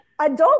adult